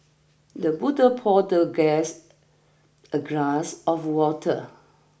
the butler poured the guest a glass of water